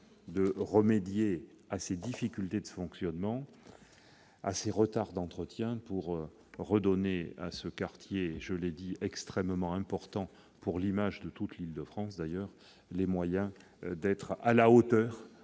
de remédier à ces difficultés de fonctionnement, à ces retards d'entretien, pour redonner à ce quartier, extrêmement important pour l'image de toute l'Île-de-France, les moyens d'être à la hauteur